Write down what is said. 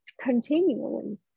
continually